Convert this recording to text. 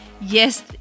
Yes